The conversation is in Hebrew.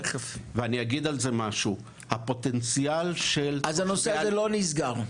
הנושא הזה לא נסגר?